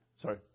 Sorry